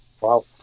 Wow